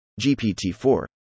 GPT-4